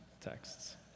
texts